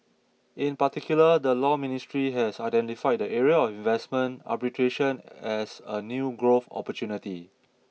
in particular the Law Ministry has identified the area of investment arbitration as a new growth opportunity